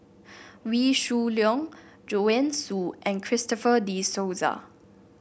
Wee Shoo Leong Joanne Soo and Christopher De Souza